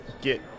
get